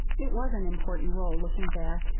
it was an important role, looking back,